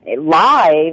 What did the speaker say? live